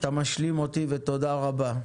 אתה משלים אותי, ותודה רבה.